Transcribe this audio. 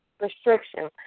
restriction